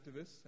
activists